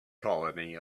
colony